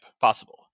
possible